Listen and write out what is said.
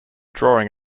drawing